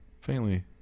faintly